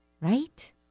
right